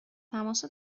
تماس